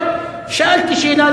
אבל שאלתי שאלה,